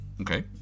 Okay